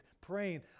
praying